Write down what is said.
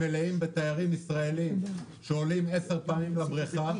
מלאים בתיירים ישראלים שעולים עשר פעמים לברכה,